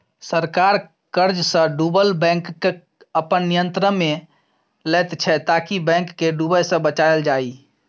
सरकार कर्जसँ डुबल बैंककेँ अपन नियंत्रणमे लैत छै ताकि बैंक केँ डुबय सँ बचाएल जाइ